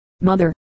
mother